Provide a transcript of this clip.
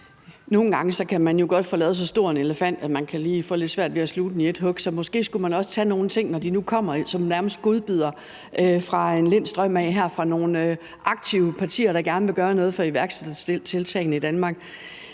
Nogle gange kan man jo godt få lavet så stor en elefant, at man kan få lidt svært ved at sluge den i ét hug. Så måske skulle man også tage nogle ting, når de nu kommer nærmest som godbidder i en lind strøm fra nogle aktive partier, der gerne vil gøre noget for iværksættertiltagene i Danmark.